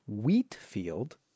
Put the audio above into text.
Wheatfield